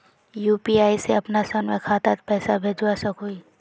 UPI से अपना स्वयं खातात पैसा भेजवा सकोहो ही?